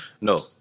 No